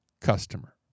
customer